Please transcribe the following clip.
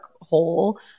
hole